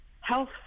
health